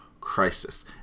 crisis